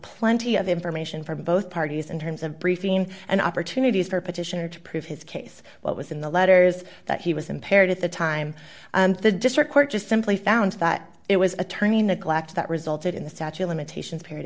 plenty of information from both parties in terms of briefing and opportunities for petitioner to prove his case what was in the letter is that he was impaired at the time and the district court just simply found that it was a turning neglect that resulted in the statue of limitations period